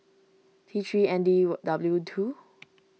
T three N D W two